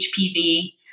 HPV